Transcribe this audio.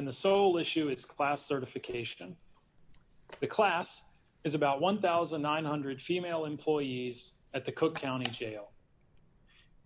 and the so issue its class certification class is about one thousand nine hundred female employees at the cook county jail